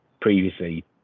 previously